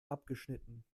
abgeschnitten